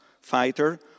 fighter